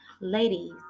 ladies